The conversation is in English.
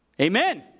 Amen